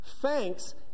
Thanks